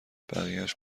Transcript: بقیهاش